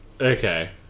Okay